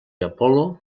apol·lo